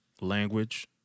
language